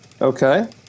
Okay